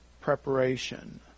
preparation